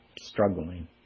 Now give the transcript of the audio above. struggling